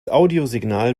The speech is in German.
audiosignal